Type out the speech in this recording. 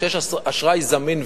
כשיש אשראי זמין וזול,